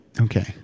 Okay